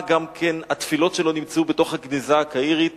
שהתפילות שלו נמצאו בתוך הגניזה הקהירית,